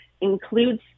includes